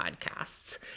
Podcasts